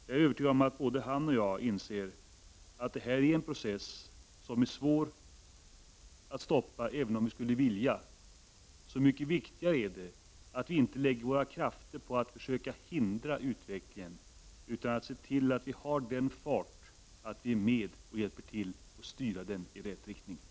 Jag är övertygad om att både han och jag inser att detta är en process som är svår att stoppa, även om vi skulle vilja. Så mycket viktigare är det att vi inte lägger våra krafter på att försöka hindra utvecklingen, utan att vi ser till att ha sådan fart att vi är med och hjälper till att styra den i rätt riktning.